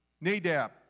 Nadab